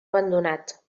abandonat